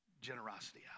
generosity